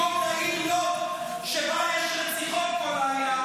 לא תביס שום ארגון פשיעה.